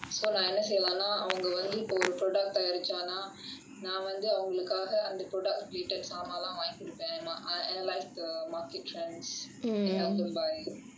so நான் என்ன செய்லான்ன அவங்க வந்து இப்போ ஒரு:naan enna seilanaavanga vanthu ippo oru product தயாரிச்சானா நான் வந்து அவங்களுக்காக அந்த:thayaarichaanaa naan vanthu avangalakkaaga antha product வீட்டு சாமான்லாம் வாங்கி குடுப்பேன்:veettu samaanlaam vaangi kuduppaen I analyse the market trend and what to buy